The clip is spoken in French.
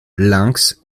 lynx